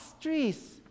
trees